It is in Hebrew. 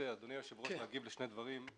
אבקש, ברשות אדוני היושב-ראש, להגיב לשני דברים.